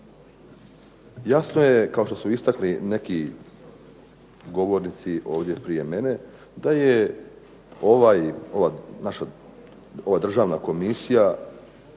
Jasno je, kao što su istakli neki govornici ovdje prije mene, da je ova naša Državna komisija